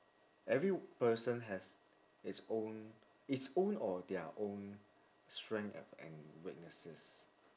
every person has it's own it's own or their own strength a~ and weaknesses